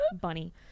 bunny